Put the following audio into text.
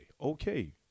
Okay